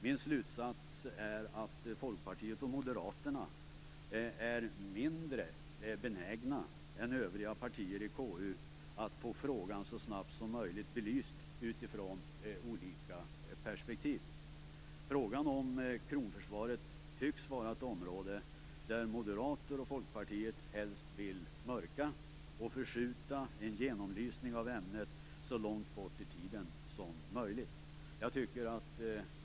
Min slutsats är att Folkpartiet och Moderaterna är mindre benägna än övriga partier i KU att få frågan så snabbt som möjligt belyst utifrån olika perspektiv. Frågan om kronförsvaret tycks vara ett område där Moderaterna och Folkpartiet helst vill mörka och förskjuta en genomlysning av ämnet så långt bort i tiden som möjligt.